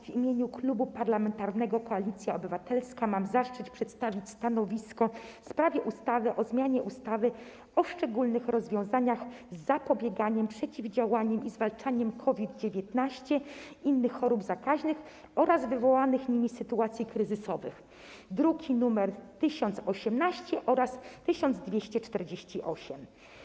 W imieniu Klubu Parlamentarnego Koalicja Obywatelska mam zaszczyt przedstawić stanowisko w sprawie ustawy o zmianie ustawy o szczególnych rozwiązaniach związanych z zapobieganiem, przeciwdziałaniem i zwalczaniem COVID-19, innych chorób zakaźnych oraz wywołanych nimi sytuacji kryzysowych, druki nr 1018 oraz 1248.